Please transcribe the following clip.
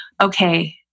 okay